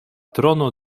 trono